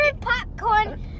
popcorn